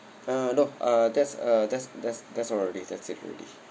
uh no uh that's uh that's that's that's already that's it already